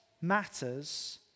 matters